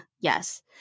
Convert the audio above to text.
yes